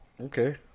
Okay